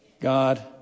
God